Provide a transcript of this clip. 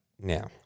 now